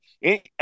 Hey